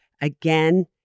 again